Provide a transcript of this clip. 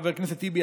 חבר הכנסת טיבי,